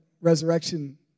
resurrection